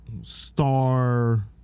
star